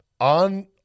on